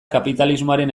kapitalismoaren